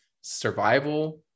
survival